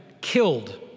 killed